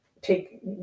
Take